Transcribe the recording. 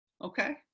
okay